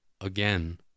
again